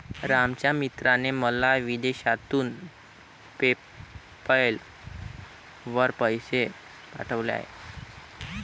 रामच्या मित्राने मला विदेशातून पेपैल वर पैसे पाठवले आहेत